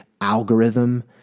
algorithm